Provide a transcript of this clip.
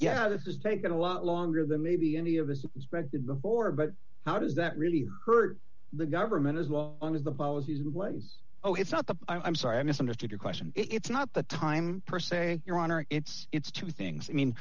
yeah this is taken a lot longer than maybe any of those did before but how does that really hurt the government as well as the policies blames oh it's not that i'm sorry i misunderstood your question it's not the time per se your honor it's it's two things i mean